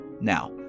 Now